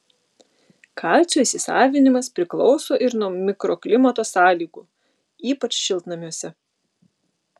kalcio įsisavinimas priklauso ir nuo mikroklimato sąlygų ypač šiltnamiuose